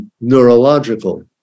neurological